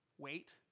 Wait